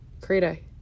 create